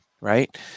right